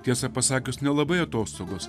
tiesą pasakius nelabai atostogos